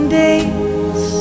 days